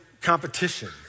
competition